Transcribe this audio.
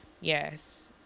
yes